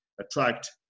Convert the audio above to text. attract